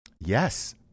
Yes